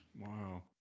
wow